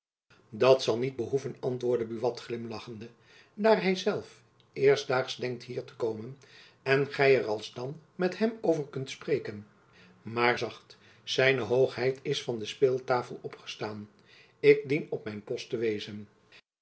dat zal niet behoeven antwoordde buat glimlachende daar hy zelf eerstdaags denkt hier te komen en gy er alsdan met hem over kunt spreken maar zacht z hoogheid is van de speeltafel opgestaan ik dien op mijn post te wezen